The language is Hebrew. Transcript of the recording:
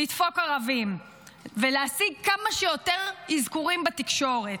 לדפוק ערבים ולהשיג כמה שיותר אזכורים בתקשורת.